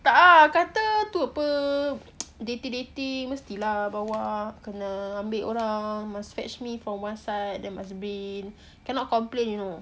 tak ah kata tu pe dating dating mestilah bawak kena ambil orang must fetch me from one side then must bring cannot complain you know